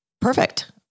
perfect